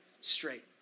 straight